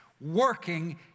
working